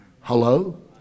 Hello